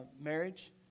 marriage